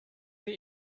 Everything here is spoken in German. sie